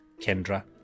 Kendra